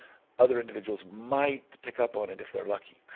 other individuals might pick up on it if they're lucky.